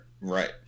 Right